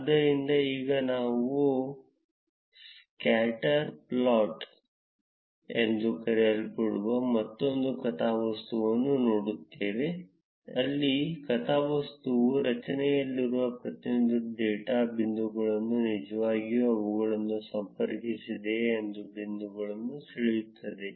ಆದ್ದರಿಂದ ಈಗ ನಾವು ಸ್ಕ್ಯಾಟರ್ ಪ್ಲಾಟ್ ಎಂದು ಕರೆಯಲ್ಪಡುವ ಮತ್ತೊಂದು ಕಥಾವಸ್ತುವನ್ನು ನೋಡುತ್ತೇವೆ ಅಲ್ಲಿ ಕಥಾವಸ್ತುವು ರಚನೆಯಲ್ಲಿರುವ ಪ್ರತಿಯೊಂದು ಡೇಟಾ ಬಿಂದುಗಳಿಗೆ ನಿಜವಾಗಿಯೂ ಅವುಗಳನ್ನು ಸಂಪರ್ಕಿಸದೆಯೇ ಒಂದು ಬಿಂದುವನ್ನು ಸೆಳೆಯುತ್ತದೆ